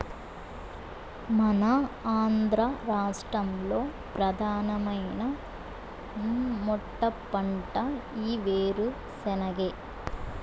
మన ఆంధ్ర రాష్ట్రంలో ప్రధానమైన మెట్టపంట ఈ ఏరుశెనగే